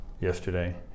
yesterday